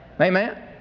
Amen